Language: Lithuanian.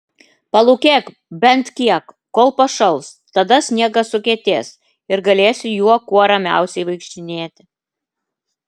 palūkėk bent kiek kol pašals tada sniegas sukietės ir galėsi juo kuo ramiausiai vaikštinėti